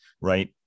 right